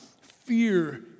fear